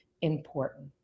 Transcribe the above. important